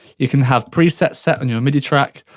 you can have presets set on your midi track,